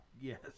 Yes